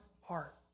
heart